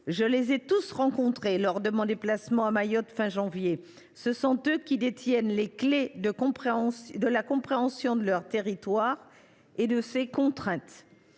Je les ai tous rencontrés lors de mon déplacement à Mayotte à la fin du mois de janvier : ce sont eux qui détiennent les clés de la compréhension de leur territoire et de ses contraintes.